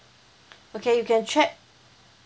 okay you can check